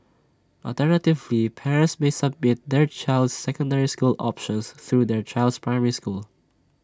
alternatively parents may submit their child's secondary school options through their child's primary school